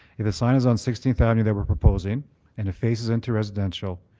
if the sign is on sixteenth avenue that we're proposing and it faces into residential,